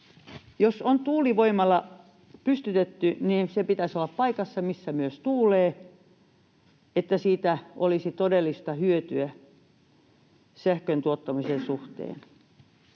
Jos on tuulivoimala pystytetty, niin sen pitäisi olla paikassa, missä myös tuulee, että siitä olisi todellista hyötyä sähkön tuottamisen suhteen.